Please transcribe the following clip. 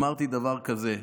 אמרתי דבר כזה,